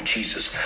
Jesus